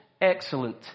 excellent